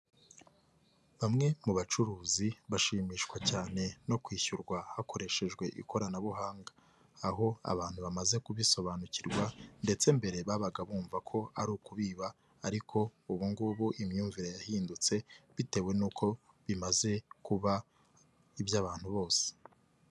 Bamwe mu bacuruzi bashimishwa cyane no kwishyurwa hakoreshejwe ikoranabuhanga, aho abantu bamaze kubisobanukirwa ndetse mbere babaga bumva ko ari ukubiba ariko ubu ngubu imyumvire yahindutse bitewe n'uko bimaze kuba iby'abantu bose.